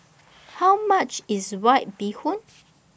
How much IS White Bee Hoon